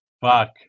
Fuck